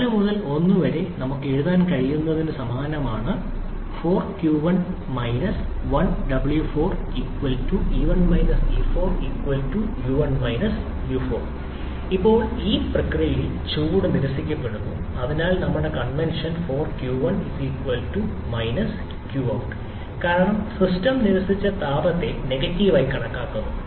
4 മുതൽ 1 വരെ നമുക്ക് എഴുതാൻ കഴിയുന്നത് സമാനമാണ് 4q1 1w4 e1 e4 u1 u4 ഇപ്പോൾ ഈ പ്രക്രിയയിൽ ചൂട് നിരസിക്കപ്പെടുന്നു അതിനാൽ നമ്മളുടെ കൺവെൻഷന് 4q1 4q1 qout കാരണം സിസ്റ്റം നിരസിച്ച താപത്തെ നെഗറ്റീവ് ആയി കണക്കാക്കുന്നു